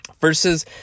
versus